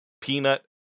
peanut